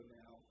now